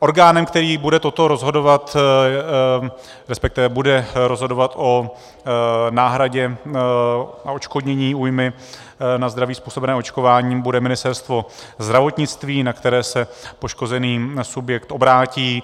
Orgánem, který bude toto rozhodovat, respektive bude rozhodovat o náhradě a odškodnění újmy na zdraví způsobené očkováním, bude Ministerstvo zdravotnictví, na které se poškozený subjekt obrátí.